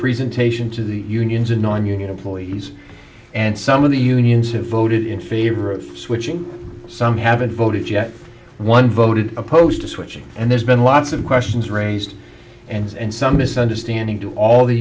presentation to the unions in on union employees and some of the unions have voted in favor of switching some haven't voted yet one voted opposed to switching and there's been lots of questions raised and some misunderstanding to all the